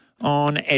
on